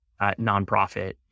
nonprofit